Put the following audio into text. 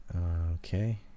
Okay